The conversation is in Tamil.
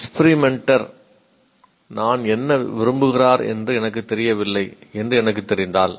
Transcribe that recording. எஸ்பிரிமெண்ட்டர் நான் என்ன செய்ய விரும்புகிறார் என்று எனக்குத் தெரியவில்லை என்று எனக்குத் தெரிந்தால்